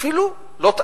אפילו לא,